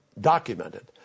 documented